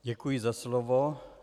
Děkuji za slovo.